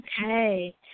Okay